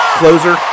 closer